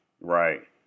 Right